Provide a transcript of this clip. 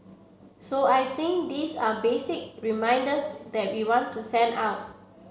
so I think these are basic reminders that we want to send out